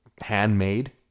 handmade